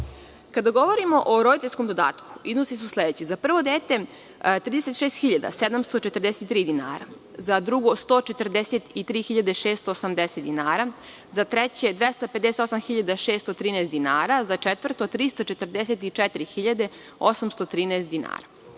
govorimo o roditeljskom dodatku, iznosi su sledeći: za prvo dete 36.743 dinara, za drugo 143.680 dinara, za treće 258.613 dinara, za četvrto 344.813 dinara.U